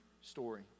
story